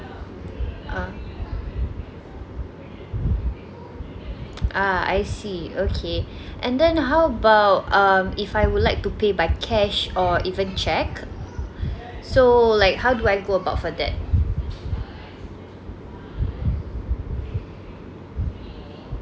uh ah I see okay and then how about um if I would like to pay by cash or even cheque so like how do I go about for that